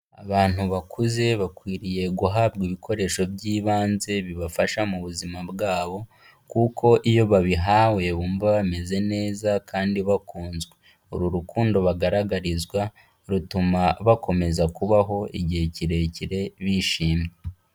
Abantu bakuze bakwiriye guhabwa ibikoresho by'ibanze bibafasha mu buzima bwabo, kuko iyo babihawe bumva bameze neza kandi bakunzwe, uru rukundo bagaragarizwa rutuma bakomeza kubaho igihe kirekire bishimye.